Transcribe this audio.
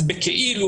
בכאילו,